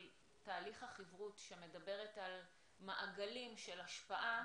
תהליך החברות שמדברת על מעגלים של השפעה